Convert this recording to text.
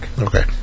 okay